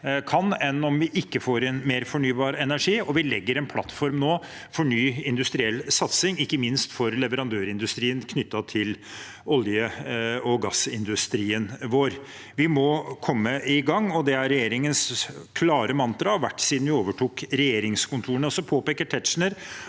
kan om vi ikke får inn mer fornybar energi, og vi legger nå en plattform for ny industriell satsing, ikke minst for leverandørindustrien knyttet til olje- og gassindustrien vår. Vi må komme i gang, og det har regjeringens klare mantra vært siden vi overtok regjeringskontorene.